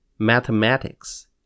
Mathematics